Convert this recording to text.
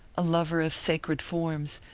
a lover of sacred forms,